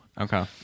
Okay